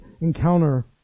encounter